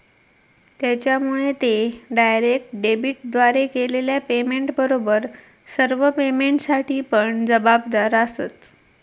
त्येच्यामुळे ते डायरेक्ट डेबिटद्वारे केलेल्या पेमेंटबरोबर सर्व पेमेंटसाठी पण जबाबदार आसंत